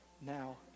now